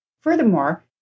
Furthermore